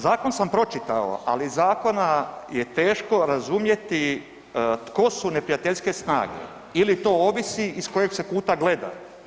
Zakon sam pročitao, ali iz zakona je teško razumjeti tko su neprijateljske snage ili to ovisi iz kojeg se kuta gleda.